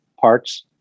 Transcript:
parts